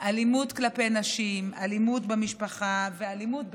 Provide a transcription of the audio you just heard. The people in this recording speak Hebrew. אלימות כלפי נשים, אלימות במשפחה ואלימות בכלל,